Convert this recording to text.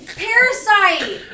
parasite